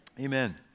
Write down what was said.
amen